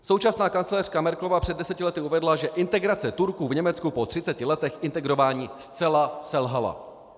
Současná kancléřka Merkelová před deseti lety uvedla, že integrace Turků v Německu po 30 letech integrování zcela selhala.